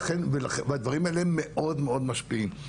והדברים האלה הם מאוד משפיעים,